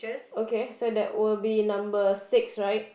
okay so that will be number six right